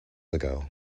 ago